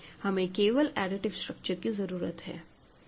हमें केवल additive structure की जरूरत है